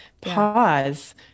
pause